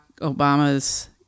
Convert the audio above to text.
Obama's